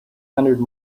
hundred